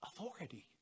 authority